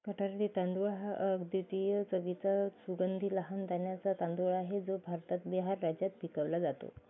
कटारनी तांदूळ हा अद्वितीय चवीचा सुगंधी लहान दाण्याचा तांदूळा आहे जो भारतात बिहार राज्यात पिकवला जातो